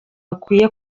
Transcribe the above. akwiye